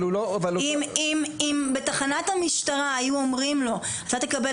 אם בתחנת המשטרה היו אומרים לו אתה תקבל